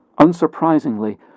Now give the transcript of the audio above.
Unsurprisingly